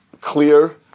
clear